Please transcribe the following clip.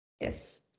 Yes